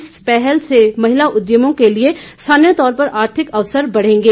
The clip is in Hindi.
इस पहल से महिला उद्यमियों के लिए स्थानीय तौर पर आर्थिक अवसर बढ़ेंगे